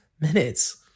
minutes